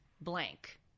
blank